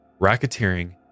racketeering